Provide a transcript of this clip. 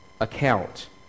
account